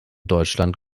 deutschland